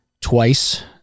twice